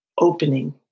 opening